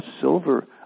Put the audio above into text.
silver